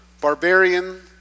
barbarian